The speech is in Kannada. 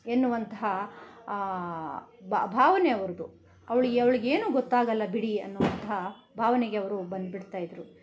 ಎನ್ನುವಂತಹ ಭಾವನೆ ಅವರದು ಅವಳಿಗೆ ಅವಳಿಗೆ ಏನು ಗೊತ್ತಾಗಲ್ಲ ಬಿಡಿ ಅನ್ನೋವಂಥ ಭಾವನೆಗೆ ಅವರು ಬಂದ್ಬಿಡ್ತಾ ಇದ್ರು